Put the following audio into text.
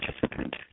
participant